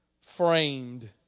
framed